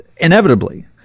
inevitably